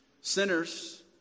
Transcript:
Sinners